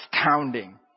astounding